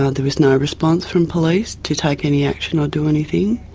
ah there was no response from police to take any action or do anything.